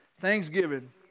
Thanksgiving